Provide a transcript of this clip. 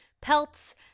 Pelts